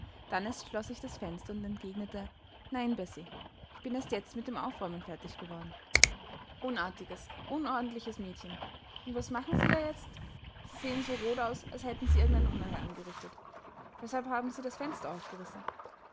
dann erst schloß ich das fenster und entgegnete nein bessie ich bin erst jetzt mit dem aufräumen fertig geworden unartiges unordentliches mädchen und was machen sie da jetzt sie sehen so rot aus als hätten sie irgend ein unheil angerichtet weshalb haben sie das fenster aufgerissen